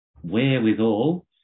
wherewithal